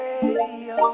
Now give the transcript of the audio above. Radio